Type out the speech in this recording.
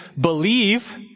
believe